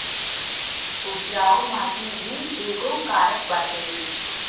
उपजाऊ माटी भी एगो कारक बाटे